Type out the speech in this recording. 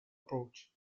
approach